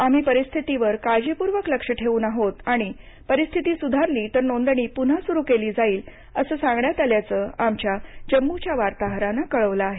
आम्ही परिस्थितीवर काळजीपूर्वक लक्ष ठेवून आहोत आणि परिस्थिती सुधारली तर नोंदणी पुन्हा सुरू केली जाईल असं सांगण्यात आल्याचं आमच्या जम्मूच्या वार्ताहरानं कळवलं आहे